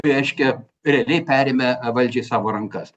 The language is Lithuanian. reiškia realiai perėmė valdžią į savo rankas